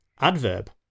Adverb